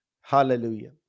hallelujah